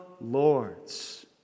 lords